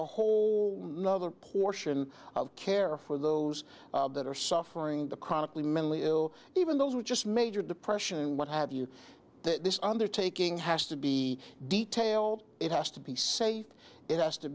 a whole nother portion of care for those that are suffering the chronically mentally ill even those who just major depression and what have you that this undertaking has to be detailed it has to be safe it has to